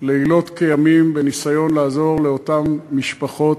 לילות כימים בניסיון לעזור לאותן משפחות,